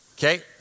Okay